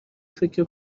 فکر